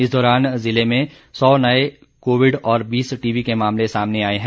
इस दौरान जिले में सौ नए कोविड और बीस टीबी के मामले सामने आए हैं